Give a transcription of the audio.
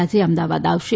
આજે અમદાવાદ આવશે